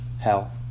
hell